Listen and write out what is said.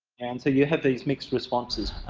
and so you have these mixed responses.